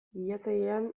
bilatzailean